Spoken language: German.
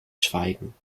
schweigen